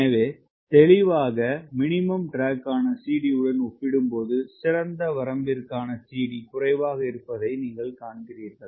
எனவே தெளிவாக மினிமம் ட்ராக்காண CD யுடன் ஒப்பிடும்போது சிறந்த வரம்பிற்கான CD குறைவாக இருப்பதை நீங்கள் காண்கிறீர்கள்